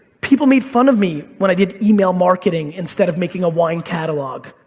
people made fun of me when i did email marketing instead of making a wine catalog.